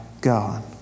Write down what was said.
God